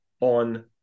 on